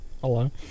Hello